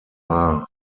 are